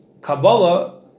Kabbalah